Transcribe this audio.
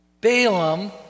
Balaam